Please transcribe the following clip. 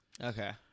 Okay